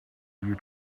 you